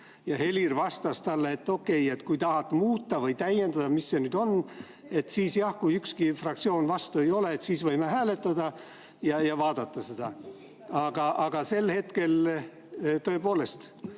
Ja Helir vastas talle, et okei, kui tahate muuta või täiendada – mis see nüüd ongi –, siis jah, kui ükski fraktsioon vastu ei ole, siis võime hääletada. Aga sel hetkel tõepoolest